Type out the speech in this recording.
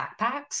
backpacks